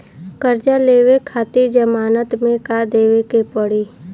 कर्जा लेवे खातिर जमानत मे का देवे के पड़ी?